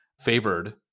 favored